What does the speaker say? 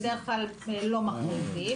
כרגע זה לא מנוסח כך.